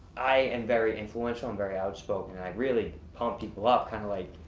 i am very influential, i'm very out spoken and i really pump people up kind of like.